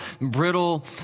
brittle